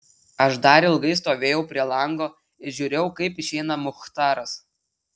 aš dar ilgai stovėjau prie lango ir žiūrėjau kaip išeina muchtaras